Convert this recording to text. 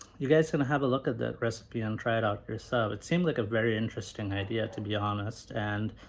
you guys gonna have a look at that recipe and try it out yourself, it seemed like a very interesting idea to be honest and